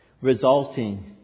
resulting